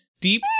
deep